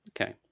okay